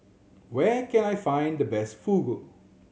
where can I find the best Fugu